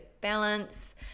balance